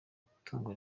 itungo